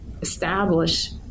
Establish